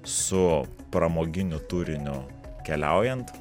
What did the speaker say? su pramoginiu turiniu keliaujant